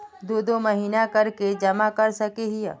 दो दो महीना कर के जमा कर सके हिये?